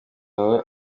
baba